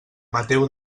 mateu